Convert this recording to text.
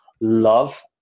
love